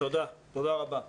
(היו"ר רם שפע, 11:20) תודה רבה שלומי.